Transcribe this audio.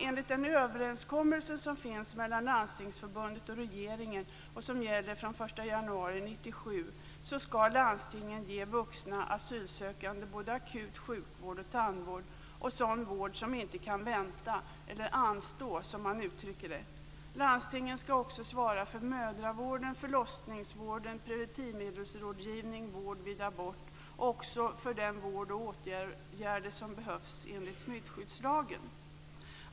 Enligt den överenskommelse som finns mellan Landstingsförbundet och regeringen och som gäller från den 1 januari 1997 skall landstingen ge vuxna asylsökande både akut sjukvård och tandvård och sådan vård som inte kan anstå, som man uttrycker det. Landstingen skall också svara för mödravård, förlossningsvård, preventivmedelsrådgivning, vård vid abort samt också för den vård och de åtgärder som behövs enligt smittskyddslagen.